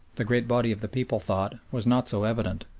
the great body of the people thought was not so evident,